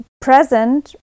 present